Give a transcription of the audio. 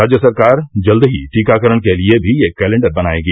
राज्य सरकार जल्द ही टीकाकरण के लिए भी एक कैलेंडर बनाएगी